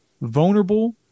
vulnerable